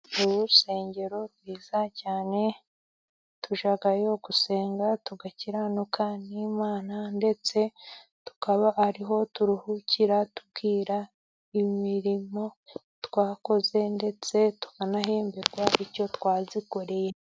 Urusengero rwiza cyane, tujyayo gusenga tugakiranuka n'Imana ndetse tukaba ariho turuhukira tukira imirimo twakoze ndetse tukanahemberwa icyo twazikoreye.